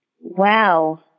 Wow